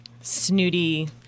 snooty